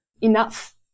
enough